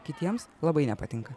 kitiems labai nepatinka